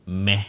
meh